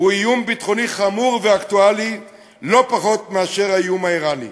הוא איום ביטחוני חמור ואקטואלי לא פחות מהאיום האיראני.